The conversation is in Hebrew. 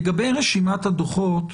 לגבי רשימת הדוחות,